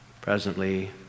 presently